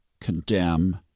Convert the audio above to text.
condemn